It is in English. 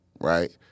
right